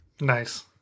Nice